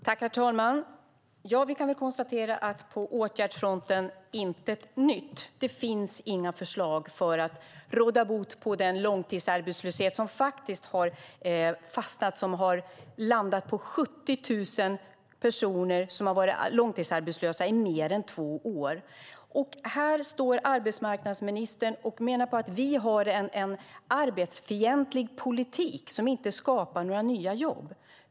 Herr talman! Vi kan konstatera: På åtgärdsfronten intet nytt. Det finns inga förslag för att råda bot på långtidsarbetslösheten. Det är 70 000 personer som har varit arbetslösa i mer än två år. Här står arbetsmarknadsministern och menar på att vi har en arbetsfientlig politik som inte skapar några nya jobb.